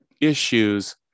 issues